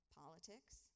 politics